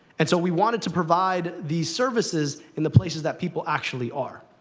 and so we wanted to provide these services in the places that people actually are.